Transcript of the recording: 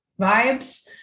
vibes